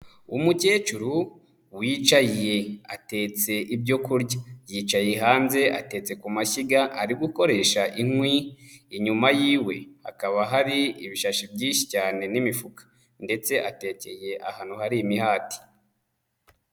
Umukecuru wicaye atetse ibyo kurya, yicaye hanze atetse ku mashyiga ari gukoresha inkwi, inyuma yiwe hakaba hari ibishashi byinshi cyane n'imifuka ndetse atekeye ahantu hari imihati.